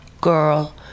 Girl